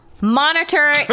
monitor